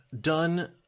done